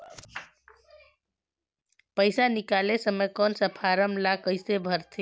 पइसा निकाले समय कौन सा फारम ला कइसे भरते?